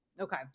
okay